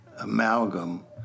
amalgam